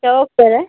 चौक पर है